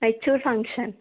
mature function